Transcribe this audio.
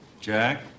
Jack